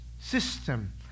system